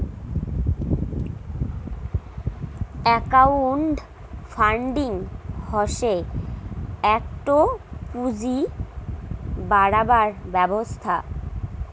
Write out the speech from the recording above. crowd funding হসে একটো পুঁজি বাড়াবার ব্যবস্থা